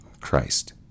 Christ